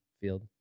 field